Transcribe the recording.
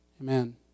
Amen